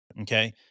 Okay